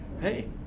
hey